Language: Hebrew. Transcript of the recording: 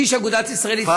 איש אגודת ישראל התפטר לטובת,